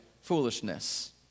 foolishness